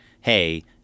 Hey